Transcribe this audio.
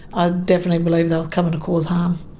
ah definitely believe they were coming to cause harm.